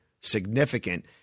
significant –